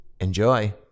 enjoy